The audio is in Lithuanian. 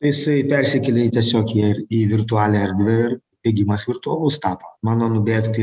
jisai persikelė į tiesiog ir į virtualią erdvę ir bėgimas virtualus tapo mano nubėgti